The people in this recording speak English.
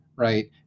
right